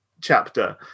chapter